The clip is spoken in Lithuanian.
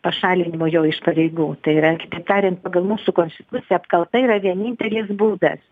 pašalinimo jo iš pareigų tai yra kitaip tariant pagal mūsų konstituciją apkalta yra vienintelis būdas